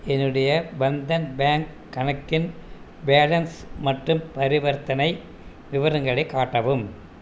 என்னுடைய பந்தன் பேங்க் கணக்கின் பேலன்ஸ் மற்றும் பரிவர்த்தனை விவரங்களை காட்டவும்